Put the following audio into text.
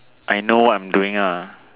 I know what I'm doing ah